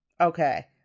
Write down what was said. Okay